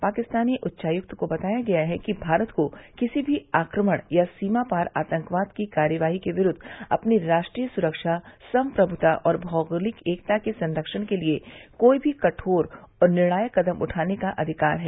पाकिस्तानी उच्चायक्त को बताया गया है कि भारत को किसी भी आक्रमण या सीमा पार आतंकवाद की कार्रवाई के विरुद्व अपनी राष्ट्रीय सुरक्षा सम्प्रभुता और भौगोलिक एकता के सरक्षण के लिए कोई भी कठोर और निर्णायक कदम उठाने का अधिकार है